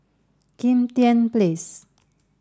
Kim Tian Place